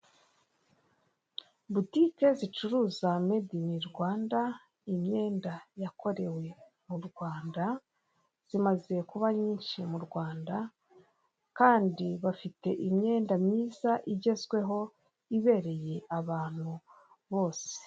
Butike zicuruza medini Rwanda, imyenda yakorewe mu Rwanda zimaze kuba nyinshi mu Rwanda, kandi bafite imyenda myiza igezweho ibereye abantu bose.